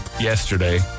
yesterday